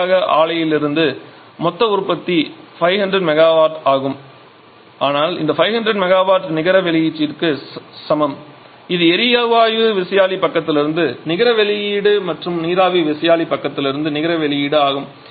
இறுதியாக ஆலையிலிருந்து மொத்த உற்பத்தி 500 MW ஆகும் இதனால் 500 MW நிகர வெளியீட்டிற்கு சமம் இது எரிவாயு விசையாழி பக்கத்திலிருந்து நிகர வெளியீடு மற்றும் நீராவி விசையாழி பக்கத்திலிருந்து நிகர வெளியீடு ஆகும்